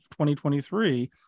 2023